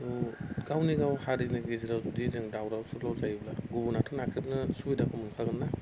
गावनो गाव हारिनि गेजेराव जुदि जों दावराव सुग्लाव जायोब्ला गुबुनाथ' नाख्रेबनो सुबिदाखौ मोनखागोन ना